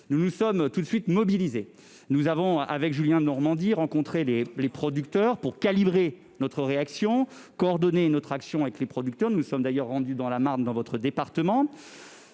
nous nous sommes tout de suite mobilisés. Nous avons, avec Julien Denormandie, rencontré les producteurs pour calibrer notre réaction et coordonner notre action. Nous nous sommes d'ailleurs rendus dans la Marne, votre département,